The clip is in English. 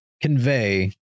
convey